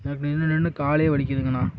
எனக்கு நின்று நின்று காலே வலிக்குதுங்கண்ணா